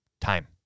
Time